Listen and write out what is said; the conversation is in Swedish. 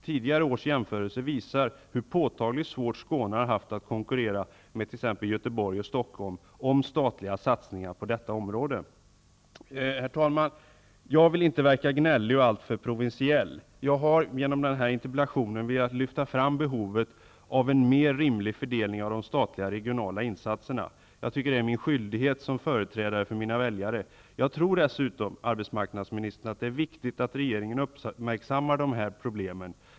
Tidigare års jämförelser visar hur påtagligt svårt Skåne har haft att konkurrera med t.ex. Göteborg och Stockholm om statliga satsningar på detta område. Herr talman! Jag vill inte verka gnällig och alltför provinsiell. Jag har genom den här interpellationen velat lyfta fram behovet av en mer rimlig fördelning av de statliga regionala insatserna. Jag tycker att det är min skyldighet som företrädare för mina väljare. Jag tror dessutom, arbetsmarknadsministern, att det är viktigt att regeringen uppmärksammar de här problemen.